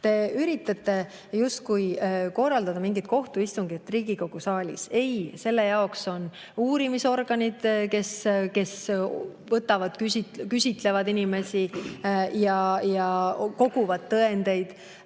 Te üritate justkui korraldada mingit kohtuistungit Riigikogu saalis. Ei, selle jaoks on uurimisorganid, kes küsitlevad inimesi ja koguvad tõendeid.